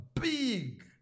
big